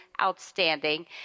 outstanding